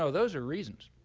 so those are reasons.